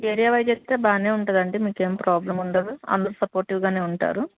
area wise అయితే బాగానే ఉంటుందండి మీకేం ప్రాబ్లెమ్ ఉండదు అందరూ సపోర్టివ్గానే ఉంటారు